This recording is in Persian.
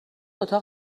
اتاق